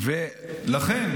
לכן,